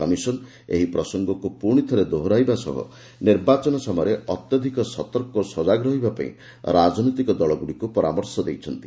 commission ଏହି ପ୍ରସଙ୍ଗକୁ ପୁଣିଥରେ ଦୋହରାଇବା ସହ ନିର୍ବାଚନ ସମୟରେ ଅତ୍ୟଧିକ ସତର୍କ ଓ ସଜାଗ ରହିବା ପାଇଁ ରାଜନୈତିକ ଦଳଗୁଡିକୁ ପରାମର୍ଶ ଦେଇଛନ୍ତି